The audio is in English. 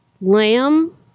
lamb